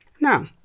Now